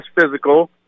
physical